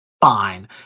fine